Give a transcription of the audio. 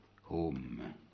home